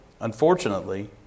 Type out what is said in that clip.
Unfortunately